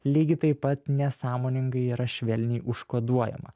lygiai taip pat nesąmoningai yra švelniai užkoduojama